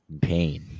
pain